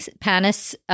PANIS